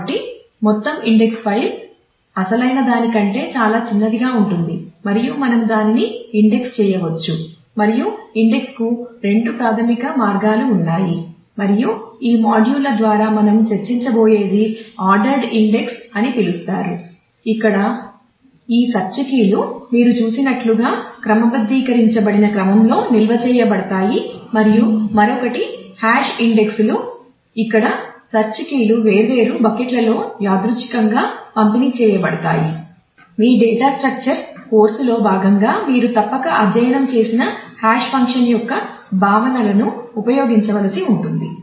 కాబట్టి మొత్తం index file యొక్క భావనలను ఉపయోగించవలసి ఉంటుంది